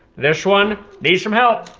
this one needs some help.